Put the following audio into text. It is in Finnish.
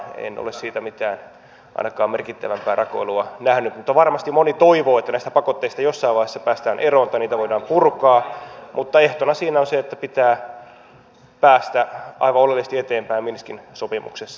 en ole siitä mitään ainakaan merkittävämpää rakoilua nähnyt mutta varmasti moni toivoo että näistä pakotteista jossain vaiheessa päästään eroon tai niitä voidaan purkaa mutta ehtona siinä on se että pitää päästä aivan oleellisesti eteenpäin minskin sopimuksessa